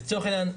לצורך העניין,